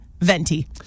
Venti